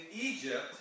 Egypt